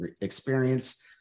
experience